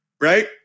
right